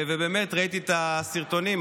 באמת ראיתי את הסרטונים.